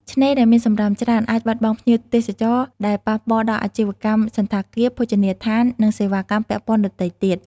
ឆ្នេរដែលមានសំរាមច្រើន អាចបាត់បង់ភ្ញៀវទេសចរ ដែលប៉ះពាល់ដល់អាជីវកម្មសណ្ឋាគារ ភោជនីយដ្ឋាន និងសេវាកម្មពាក់ព័ន្ធដទៃទៀត។